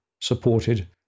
supported